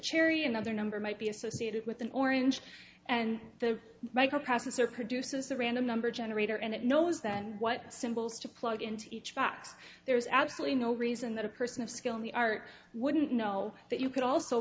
cherry another number might be associated with an orange and the microprocessor produces a random number generator and it knows that what symbols to plug into each box there's absolutely no reason that a person of skill in the art wouldn't know that you could also